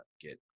get